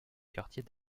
quartier